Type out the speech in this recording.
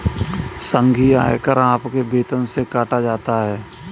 संघीय आयकर आपके वेतन से काटा जाता हैं